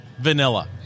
vanilla